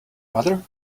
mother